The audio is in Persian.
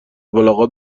ملاقات